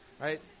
right